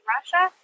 Russia